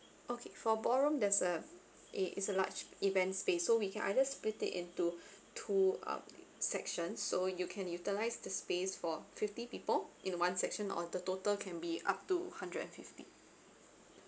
okay for ballroom there's a it is a large event space so we can either split it into two um section so you can utilize the space for fifty people in one section or the total can be up to hundred and fifty